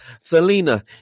Selena